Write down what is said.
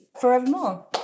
forevermore